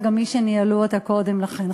וגם למי שניהלו אותה קודם לכן.